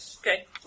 Okay